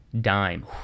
Dime